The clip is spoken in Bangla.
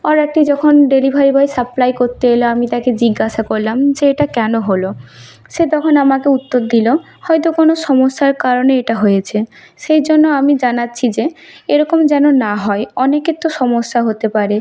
অর্ডারটি যখন ডেলিভারি বয় সাপ্লাই করতে এল আমি তাকে জিজ্ঞাসা করলাম যে এটা কেন হল সে তখন আমাকে উত্তর দিল হয়তো কোনো সমস্যার কারণে এটা হয়েছে সেই জন্য আমি জানাচ্ছি যে এরকম যেন না হয় অনেকের তো সমস্যা হতে পারে